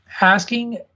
asking